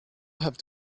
have